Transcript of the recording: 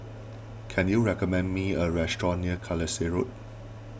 can you recommend me a restaurant near Carlisle Road